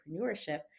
entrepreneurship